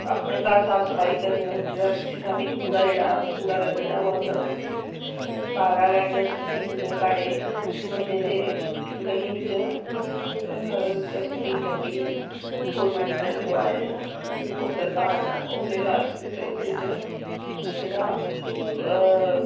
अपने घर साफ करने आं जिन्ना बी कूड़ा जेह्ड़ा कूड़ा कर्कट जेह्ड़ा ओह् अस सारा गै डस्टबीन च साढ़े म्हल्ले दे गलियें बिच्च डस्टबीन लग्गे दे न गौरमैंट ने लगोआए दे न ओह् सरकार ने ओह्दे च अस ओह्दे बिच्च जेह्ड़ा